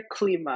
Klima